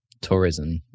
tourism